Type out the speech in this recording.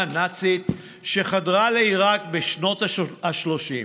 הנאצית שחדרה לעיראק בשנות השלושים.